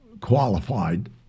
qualified